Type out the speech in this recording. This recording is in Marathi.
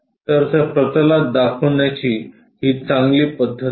तर त्या प्रतलात दाखवण्याची ही चांगली पद्धत आहे